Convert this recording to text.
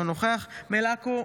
אינו נוכח צגה מלקו,